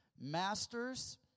Masters